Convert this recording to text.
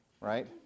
Right